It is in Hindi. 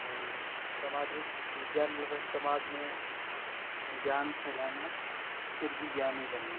अ समाजिक विज्ञान मतलब समाज में ज्ञान फैलाना खुद भी ज्ञानी बनना